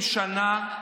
80 שנה,